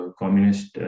communist